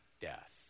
death